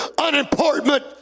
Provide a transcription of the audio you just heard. unimportant